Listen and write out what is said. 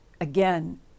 again